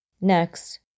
Next